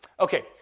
Okay